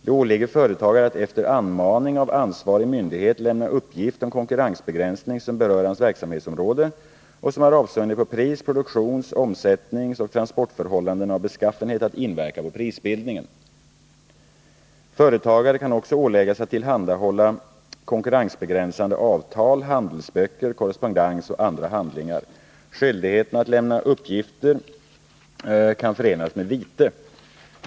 Det åligger företagare att efter anmaning av ansvarig myndighet lämna uppgift om konkurrensbegränsning som berör hans verksamhetsområde och som har avseende på pris-, pruduktions-, omsättningsoch transportförhållanden av beskaffenhet att inverka på prisbildningen. Företagare kan också åläggas att tillhandahålla konkurrensbegränsande avtal, handelsböcker, korrespondens och andra handlingar. Skyldigheten att lämna uppgiften kan förenas med vite.